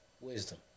Wisdom